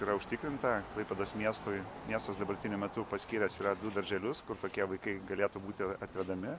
yra užtikrinta klaipėdos miestui miestas dabartiniu metu paskyręs yra du darželius kur tokie vaikai galėtų būti atvedami